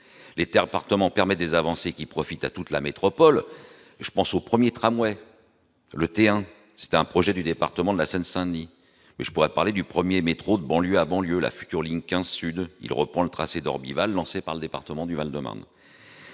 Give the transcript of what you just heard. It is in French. Terres appartement permet des avancées qui profitent à toute la métropole, je pense au 1er tramway le T1, c'était un projet du département de la Seine-Saint-Denis mais je pourrais parler du 1er métro de banlieue à banlieue, la future ligne 15 Sud il reprend le tracé d'Orbival lancée par le département du Val-de-Marne,